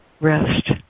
rest